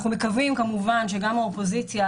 אנחנו מקווים שגם האופוזיציה,